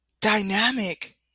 dynamic